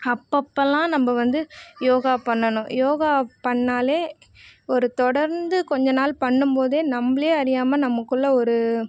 அப்பப்பெல்லாம் நம்ம வந்து யோகா பண்ணணும் யோகா பண்ணிணாலே ஒரு தொடர்ந்து கொஞ்ச நாள் பண்ணும் போதே நம்மளையே அறியாமல் நமக்குள்ளே ஒரு